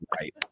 right